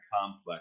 complex